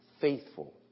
faithful